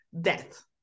death